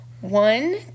One